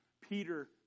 Peter